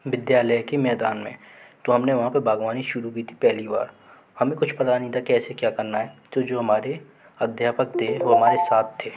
विद्यालय के मैदान में तो हम ने वहाँ पर बाग़बानी शुरू की थी पहली बार हमें कुछ पता नहीं था कैसे क्या करना है तो जो हमारे अध्यापक थे वो हमारे साथ थे